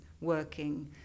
working